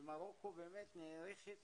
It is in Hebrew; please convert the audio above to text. ומרוקו באמת נערכת